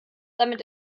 damit